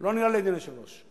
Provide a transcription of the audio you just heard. לא נראה לי הגיוני, היושב-ראש.